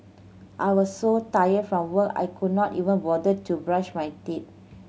I was so tired from work I could not even bother to brush my teeth